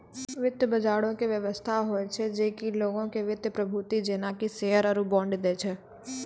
वित्त बजारो के व्यवस्था होय छै जे कि लोगो के वित्तीय प्रतिभूति जेना कि शेयर या बांड दै छै